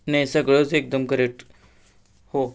नाही सगळंच एकदम करेक्ट हो